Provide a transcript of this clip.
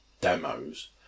demos